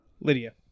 Lydia